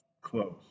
close